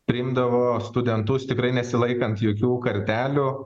priimdavo studentus tikrai nesilaikant jokių kartelių